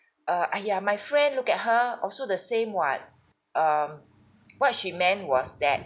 err uh yeah my friend look at her also the same [what] um what she meant was that